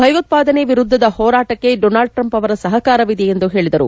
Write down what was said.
ಭಯೋತ್ಪಾದನೆ ವಿರುದ್ಧದ ಹೋರಾಟಕ್ಕೆ ಡೊನಾಲ್ಡ್ ಟ್ರಂಪ್ ಅವರ ಸಪಕಾರವಿದೆ ಎಂದು ಹೇಳಿದರು